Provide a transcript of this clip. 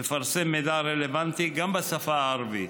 מפרסם מידע רלוונטי גם בשפה הערבית.